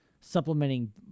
supplementing